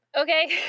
okay